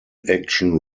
action